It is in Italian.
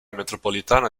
metropolitana